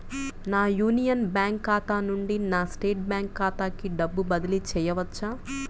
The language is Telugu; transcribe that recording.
నా యూనియన్ బ్యాంక్ ఖాతా నుండి నా స్టేట్ బ్యాంకు ఖాతాకి డబ్బు బదిలి చేయవచ్చా?